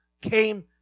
came